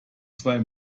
zwei